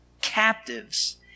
captives